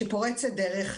שפורצת דרך,